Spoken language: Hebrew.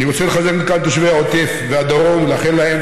אני רוצה לחזק מכאן את תושבי העוטף והדרום ולאחל להם,